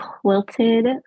quilted